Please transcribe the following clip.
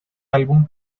álbum